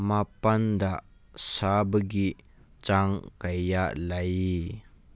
ꯃꯄꯥꯟꯗ ꯁꯥꯕꯒꯤ ꯆꯥꯡ ꯀꯌꯥ ꯂꯩ